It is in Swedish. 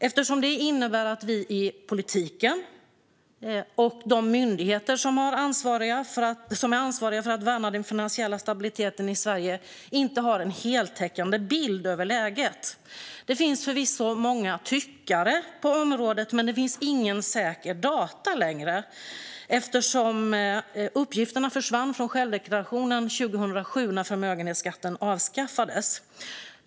Det innebär nämligen att vi i politiken och de myndigheter som är ansvariga för att värna den finansiella stabiliteten i Sverige inte har en heltäckande bild av läget. Det finns förvisso många tyckare på området. Men det finns inte längre några säkra data eftersom uppgifterna försvann från självdeklarationen 2007, när förmögenhetsskatten avskaffades.